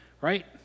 right